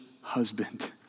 husband